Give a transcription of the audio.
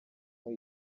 muri